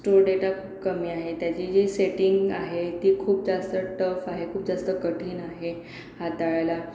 store data खूप कमी आहे त्याची जी सेटिंग आहे ती खूप जास्त टफ आहे खूप जास्त कठीण आहे हाताळायला